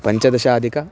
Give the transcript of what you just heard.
पञ्चदशाधिकम्